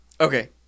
Okay